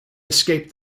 escaped